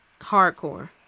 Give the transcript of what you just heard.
Hardcore